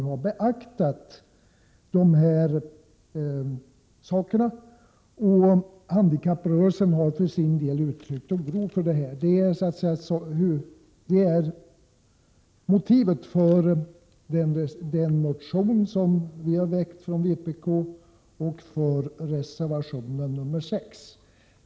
Handikapprörelsen har för sin del uttryckt oro över detta. Det är motivet för den motion som vi har väckt från vpk och för reservation 6, som jag vill yrka bifall till.